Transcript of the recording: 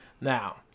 Now